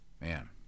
Man